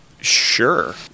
Sure